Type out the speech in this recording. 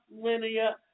linear